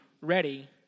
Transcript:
ready